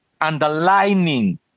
underlining